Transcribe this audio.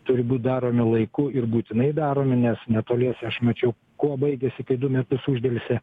turi būt daromi laiku ir būtinai daromi nes netoliese aš mačiau kuo baigėsi kai du metus uždelsė